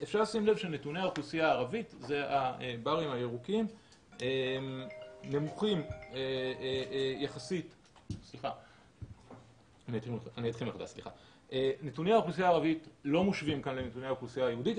נתוני האוכלוסייה הערבית לא מושווים כאן לנתוני האוכלוסייה היהודית,